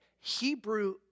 Hebrew